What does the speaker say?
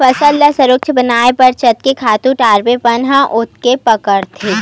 फसल ल सजोर बनाए बर जतके खातू डारबे बन ह ओतके भोगाथे